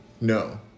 No